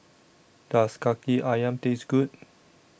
Does Kaki Ayam Taste Good